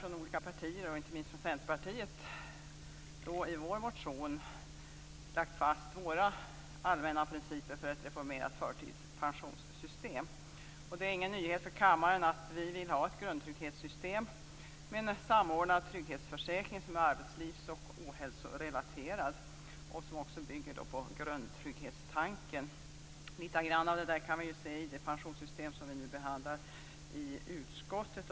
Från olika partier, inte minst gäller det Centerpartiet och vår motion, har allmänna principer för ett reformerat förtidspensionssystem lagts fast. Det är ingen nyhet för kammaren att vi vill ha ett grundtrygghetssystem med en samordnad trygghetsförsäkring som är arbetslivs och ohälsorelaterad och som bygger på grundtrygghetstanken. Litet grand av detta kan vi se i det förslag till pensionssystem som nu behandlas i utskottet.